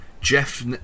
Jeff